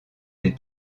des